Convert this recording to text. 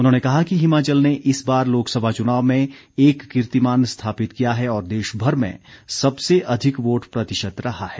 उन्होंने कहा कि हिमाचल ने इस बार लोकसभा चुनाव में एक कीर्तिमान स्थापित किया है और देशभर में सबसे अधिक वोट प्रतिशत रहा है